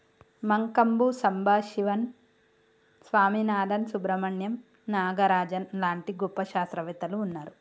మంకంబు సంబశివన్ స్వామినాధన్, సుబ్రమణ్యం నాగరాజన్ లాంటి గొప్ప శాస్త్రవేత్తలు వున్నారు